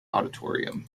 auditorium